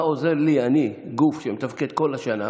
מה עוזר לי, אני, גוף שמתפקד כל השנה,